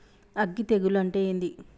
అగ్గి తెగులు అంటే ఏంది?